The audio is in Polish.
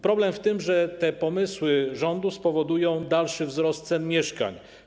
Problem w tym, że te pomysły rządu spowodują dalszy wzrost cen mieszkań.